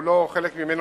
כולו או חלק ממנו,